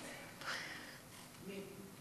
מי?